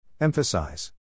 Emphasize